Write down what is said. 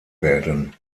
werden